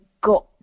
got